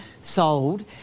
sold